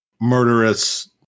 murderous